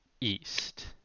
east